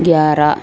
گیارہ